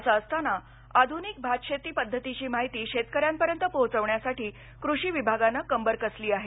असं असताना आधुनिक भातशेती पद्धतीची माहिती शेतकऱ्यांपर्यंत पोहचवण्यासाठी कृषी विभागानं कंबर कसली आहे